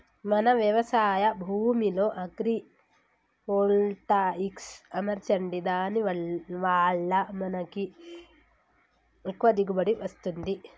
మన వ్యవసాయ భూమిలో అగ్రివోల్టాయిక్స్ అమర్చండి దాని వాళ్ళ మనకి ఎక్కువ దిగువబడి వస్తుంది